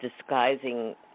disguising